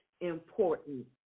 important